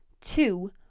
two